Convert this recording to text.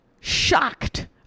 shocked